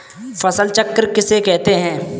फसल चक्र किसे कहते हैं?